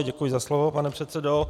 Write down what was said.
Děkuji za slovo, pane předsedo.